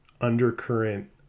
undercurrent